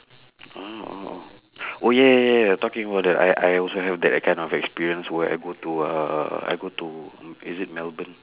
oh oh oh oh ya ya ya talking about that I I also have that kind of experience where I go to uh I go to mm is it melbourne